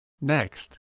Next